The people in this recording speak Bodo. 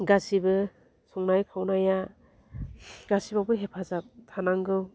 गासिबो संनाय खावनाया गासिबोआवबो हेफाजाब थानांगौ